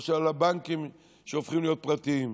או של הבנקים שהופכים להיות פרטיים.